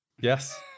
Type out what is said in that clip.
Yes